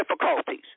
difficulties